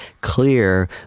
clear